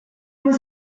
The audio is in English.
was